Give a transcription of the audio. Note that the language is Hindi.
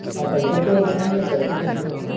आप पल्सर का और बताएँगे पल्सर का क्या रहता है